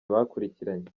bakurikiranye